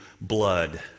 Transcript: blood